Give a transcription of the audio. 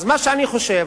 אז מה אני חושב,